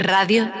Radio